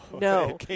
No